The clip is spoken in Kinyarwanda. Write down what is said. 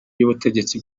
y’ubutegetsi